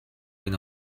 with